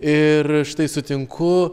ir štai sutinku